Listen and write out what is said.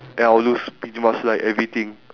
and I'll lose pretty much like everything